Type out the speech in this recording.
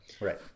right